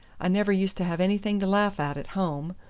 i never used to have anything to laugh at at home.